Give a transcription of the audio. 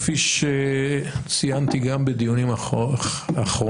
כפי שציינתי גם בדיונים האחרונים,